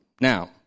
Now